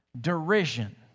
derision